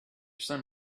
son